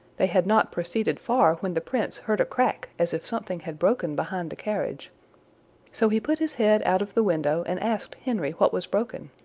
they had not proceeded far when the prince heard a crack as if something had broken behind the carriage so he put his head out of the window and asked henry what was broken,